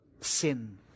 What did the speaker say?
sin